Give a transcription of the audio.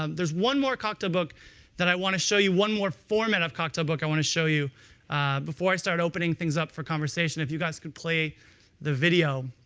um there's one more cocktail book that i want to show you, one more format of cocktail book i want to show you before i start opening things up for conversation. if you guys could play the video.